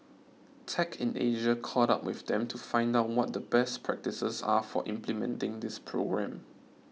tech in Asia caught up with them to find out what the best practices are for implementing this program